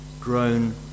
grown